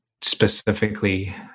specifically